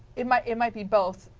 it might it might be both.